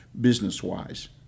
business-wise